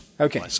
Okay